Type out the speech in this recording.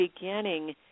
beginning